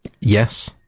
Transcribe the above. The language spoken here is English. Yes